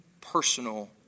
personal